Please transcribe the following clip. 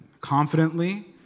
confidently